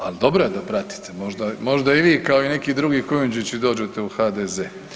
Ali dobro je da pratite, možda i vi kao i neki drugi Kujundžići dođete u HDZ.